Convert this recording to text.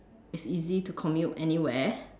it's easy to commute anywhere